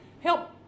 help